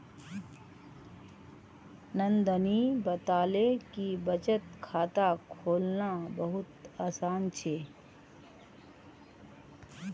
नंदनी बताले कि बचत खाता खोलना बहुत आसान छे